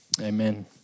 Amen